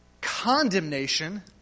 condemnation